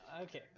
okay